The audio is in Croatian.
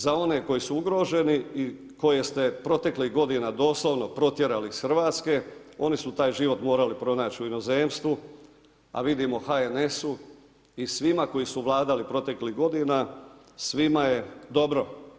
Za one koji su ugroženi i koje ste proteklih godina doslovno protjerali iz Hrvatske, oni su taj život morali pronać u inozemstvu, a vidimo HNS-u i svima koji su vladali proteklih godina, svima je dobro.